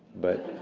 but.